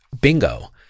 Bingo